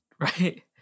right